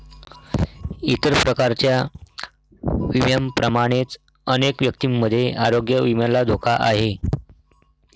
इतर प्रकारच्या विम्यांप्रमाणेच अनेक व्यक्तींमध्ये आरोग्य विम्याला धोका आहे